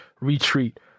retreat